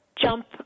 Jump